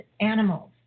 animals